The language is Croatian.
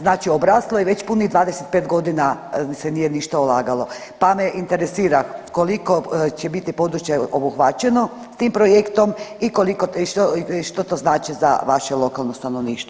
Znači obraslo je već punih 25 godina se nije ništa ulagalo, pa me interesira koliko će biti područje obuhvaćeno s tim projektom i koliko, što to znači za vaše lokalno stanovništvo?